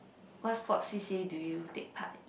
what sports C_C_A do you take part